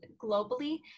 globally